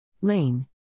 Lane